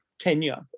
tenure